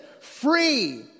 free